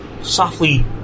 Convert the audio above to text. softly